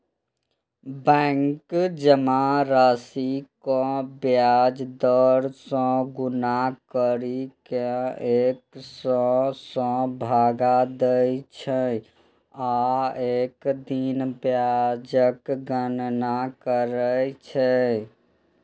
bank जमा राशि कें ब्याज दर सं गुना करि कें एक सय सं भाग दै छै आ एक दिन ब्याजक गणना करै छै